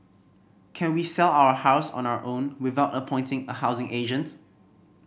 can we sell our house on our own without appointing a housing agent